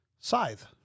Scythe